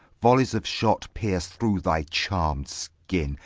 vollies of shot pierce through thy charmed skin,